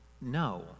no